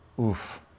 Oof